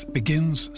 begins